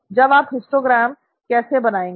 अब आप हिस्टोग्राम कैसे बनाएँगे